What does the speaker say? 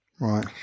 Right